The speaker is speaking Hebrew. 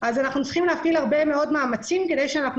אנחנו צריכים להפעיל הרבה מאמצים כדי שיהיו